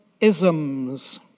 isms